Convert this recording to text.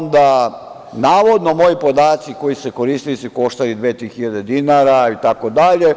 Navodno, moji podaci koji su se koristili su koštali dve, tri hiljade dinara itd.